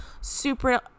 super